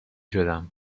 شدم